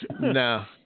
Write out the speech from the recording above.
no